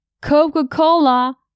Coca-Cola